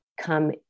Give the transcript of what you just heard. come